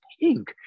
Pink